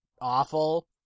awful